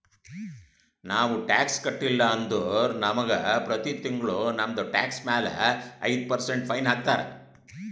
ನಾವು ಟ್ಯಾಕ್ಸ್ ಕಟ್ಟಿಲ್ಲ ಅಂದುರ್ ನಮುಗ ಪ್ರತಿ ತಿಂಗುಳ ನಮ್ದು ಟ್ಯಾಕ್ಸ್ ಮ್ಯಾಲ ಐಯ್ದ ಪರ್ಸೆಂಟ್ ಫೈನ್ ಹಾಕ್ತಾರ್